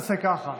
תעשה ככה.